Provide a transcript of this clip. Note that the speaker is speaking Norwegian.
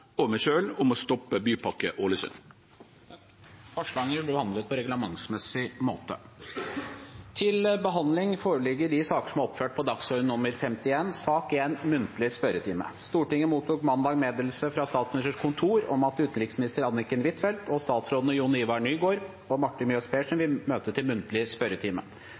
og meg sjølv om å stoppe Bypakke Ålesund. Forslagene vil bli behandlet på reglementsmessig måte. Stortinget mottok mandag meddelelse fra Statsministerens kontor om at utenriksminister Anniken Huitfeldt og statsrådene Jon-Ivar Nygård og Marte Mjøs Persen vil møte til muntlig spørretime.